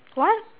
what